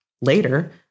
Later